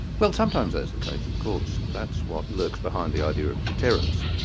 well sometimes that's the case, of course. that's what lurks behind the idea of deterrence.